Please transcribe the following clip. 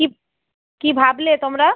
কী কী ভাবলে তোমরা